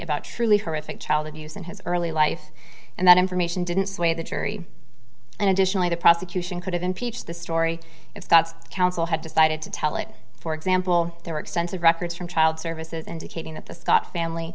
about truly horrific child abuse in his early life and that information didn't sway the jury and additionally the prosecution could have impeached the story if thoughts council had decided to tell it for example there were extensive records from child services indicating that the scott family